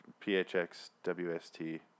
PHXWST